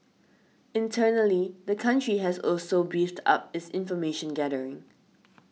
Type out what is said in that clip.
internally the country has also beefed up its information gathering